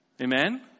Amen